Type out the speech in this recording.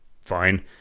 fine